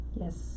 Yes